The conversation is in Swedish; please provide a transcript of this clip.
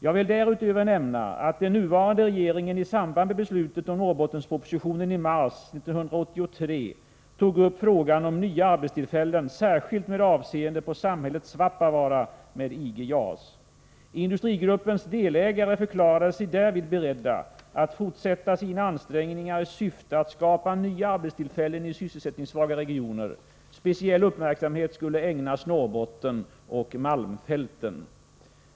Jag vill därutöver nämna att den nuvarande regeringen i samband med beslutet om Norrbottenspropositionen i mars 1983 med IG JAS tog upp frågan om nya arbetstillfällen, särskilt med avseende på samhället Svappavaara. Industrigruppens delägare förklarade sig därvid beredda att fortsätta sina ansträngningar i syfte att skapa nya arbetstillfällen i sysselsättningssvaga regioner. Speciell uppmärksamhet skulle ägnas Norrbotten och malmfälten.